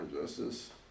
justice